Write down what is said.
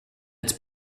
its